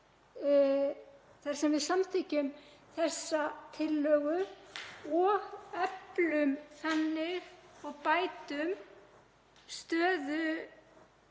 þar sem við samþykkjum þessa tillögu og eflum þannig og bætum stöðu